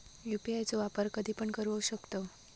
UPI चो वापर कधीपण करू शकतव?